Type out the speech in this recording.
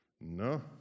No